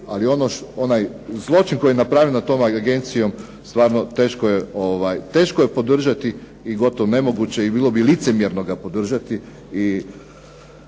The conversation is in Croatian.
ali onaj zločin koji je napravljen nad tom agencijom stvarno teško je podržati i gotovo nemoguće i bilo bi licemjerno ga podržati i